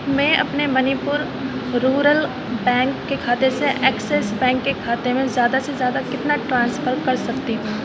میں اپنے Manipur rural bank کے کھاتے سے ایکسس بینک کے کھاتے میں زیادہ سے زیادہ کتنا ٹرانسفر کر سکتی ہوں